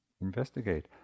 investigate